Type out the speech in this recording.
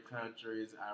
countries